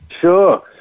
Sure